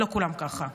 לא כולם ככה.